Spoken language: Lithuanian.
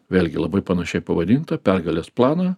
vėlgi labai panašiai pavadintą pergalės planą